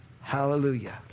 Hallelujah